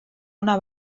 una